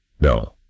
no